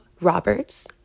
Roberts